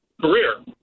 career